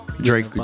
Drake